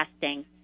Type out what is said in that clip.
testing